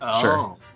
sure